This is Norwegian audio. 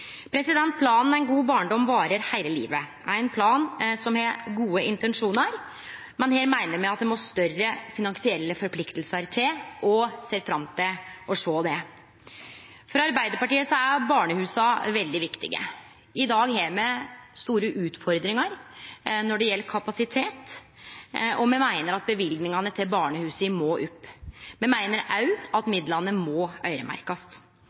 Planen «En god barndom varer livet ut» er ein plan som har gode intensjonar. Men her meiner me at det må større finansielle forpliktingar til, og me ser fram til å sjå det. For Arbeidarpartiet er barnehusa veldig viktige. I dag har me store utfordringar når det gjeld kapasitet, og me meiner at løyvingane til barnehusa må opp. Me meiner òg at midlane må